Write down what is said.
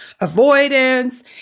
avoidance